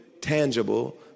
tangible